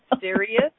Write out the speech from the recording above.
Serious